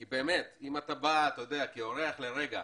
כי באמת אם אתה בא כאורח לרגע